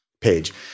page